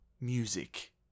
music